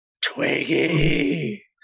Twiggy